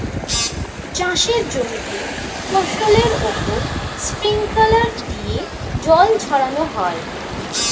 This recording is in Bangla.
চাষের জমিতে ফসলের উপর স্প্রিংকলার দিয়ে জল ছড়ানো হয়